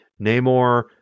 Namor